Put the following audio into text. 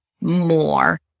more